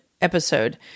episode